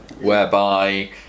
whereby